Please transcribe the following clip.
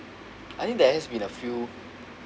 I think there has been a few